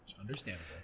understandable